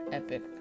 epic